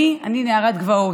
אני נערת גבעות,